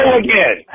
again